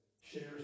shares